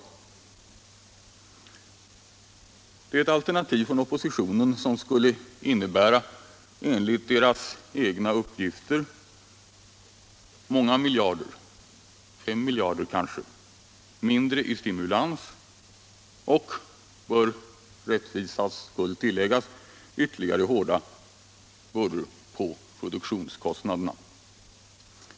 Det är ett alternativ från oppositionen som skulle innebära, enligt dess egna uppgifter, många miljarder - fem miljarder kanske — mindre i stimulans och, det bör för rättvisans skull tilläggas, ytterligare hårda bördor på produktionskostnaderna.